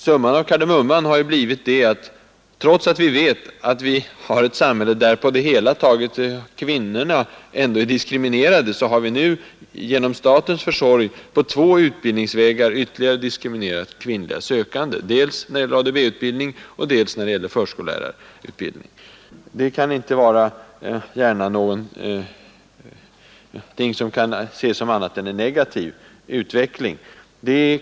Summan av kardemumman har ju blivit att — trots att kvinnorna är diskriminerade i vårt samhälle — staten på två utbildningsvägar ytterligare har diskriminerat kvinnliga sökande, nämligen dels när det gäller ADB-utbildning och dels när det gäller förskollärarutbildning. Detta kan inte gärna anses vara något annat än en negativ utveckling.